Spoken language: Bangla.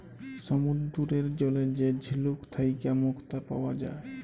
সমুদ্দুরের জলে যে ঝিলুক থ্যাইকে মুক্তা পাউয়া যায়